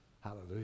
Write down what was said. Hallelujah